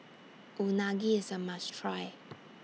Unagi IS A must Try